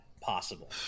possible